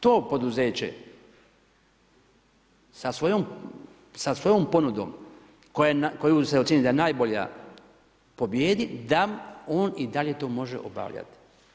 To poduzeće sa svojom ponudom koju se ocijeni da je najbolja pobijedi da on i dalje to može obavljati.